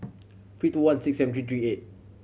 three two one six seven three three eight